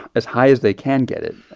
as high as they can get it,